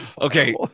okay